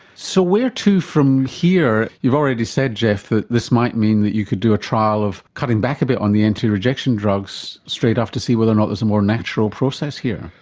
so where to from here? you've already said geoff that this might mean that you could do a trial of cutting back a bit on the anti-rejection drugs straight after to see whether or not there's a more natural process here.